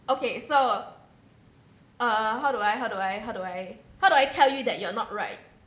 okay so uh how do I how do I how do I how do I tell you that you are not right